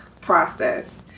process